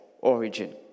origin